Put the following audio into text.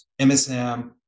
MSM